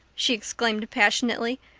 she exclaimed passionately.